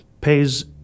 pays